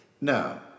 No